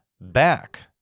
back